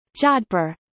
Jodhpur